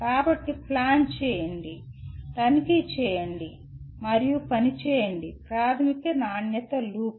కాబట్టి ప్లాన్ చేయండి చేయండి తనిఖీ చేయండి మరియు పనిచేయండి ప్రాథమిక నాణ్యత లూప్